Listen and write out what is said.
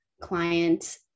client